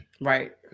Right